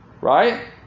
right